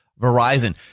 Verizon